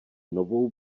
novou